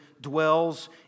dwells